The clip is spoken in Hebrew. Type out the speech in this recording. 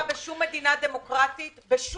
בשום מדינה דמוקרטית לא היה